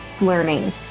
learning